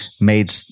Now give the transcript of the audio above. made